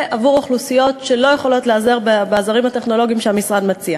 עבור אוכלוסיות שלא יכולות להיעזר בעזרים הטכנולוגיים שהמשרד מציע.